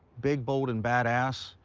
big, bold, and badass.